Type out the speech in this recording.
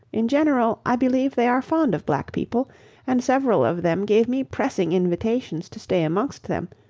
in general i believe they are fond of black people and several of them gave me pressing invitations to stay amongst them,